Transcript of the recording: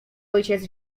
ojciec